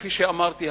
כפי שאמרתי,